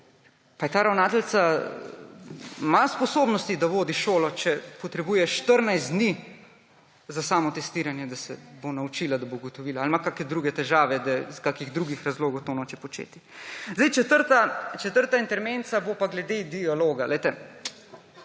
ima ta ravnateljica sposobnosti, da vodi šolo, če potrebuje 14 dni za samotestiranje, da se ga bo naučila, da bo ugotovila, ali pa ima kakšne druge težave, da iz kakšnih drugih razlogov tega noče početi. Četrti intermezzo bo pa glede dialoga. Glejte,